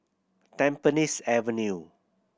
Tampines Avenue